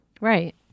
Right